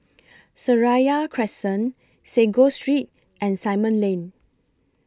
Seraya Crescent Sago Street and Simon Lane